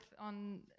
on